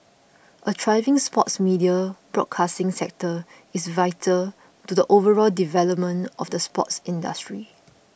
a thriving sports media broadcasting sector is vital to the overall development of the sports industry